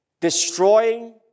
Destroying